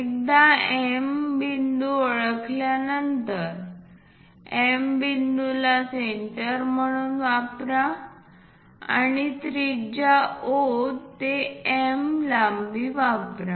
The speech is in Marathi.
एकदा M बिंदू ओळखल्यानंतर M बिंदूला सेंटर म्हणून वापरा आणि त्रिज्या O ते M लांबी वापरा